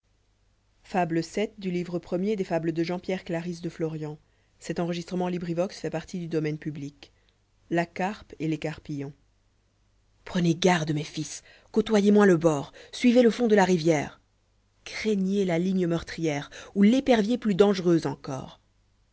la carpe et les carpillons jr renez garde mes fils côtoyez moins le bord suivez le fond de la rivière craignez la ligne meurtrière ou l'épervier plus dangereux encor